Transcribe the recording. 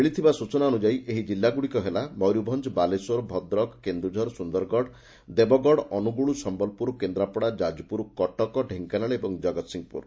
ମିଳିଥିବା ସୂଚନା ଅନୁଯାୟୀ ଏହି କିଲ୍ଲାଗୁଡ଼ିକ ହେଲା ମୟରଭଞ୍ଞ ବାଲେଶ୍ୱର ଭଦ୍ରକ କେନ୍ଦୁଝର ସୁନ୍ଦରଗଡ଼ ଦେବଗଡ଼ ଅନୁଗୁଳ ସମ୍ଭଲପୁର କେନ୍ଦ୍ରାପଡ଼ା ଯାଜପୁର କଟକ ଢ଼େଙ୍କାନାଳ ଓ ଜଗତସିଂହପୁର